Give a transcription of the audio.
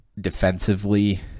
defensively